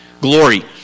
glory